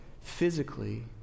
physically